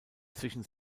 zwischen